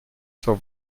zur